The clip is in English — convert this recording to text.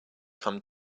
come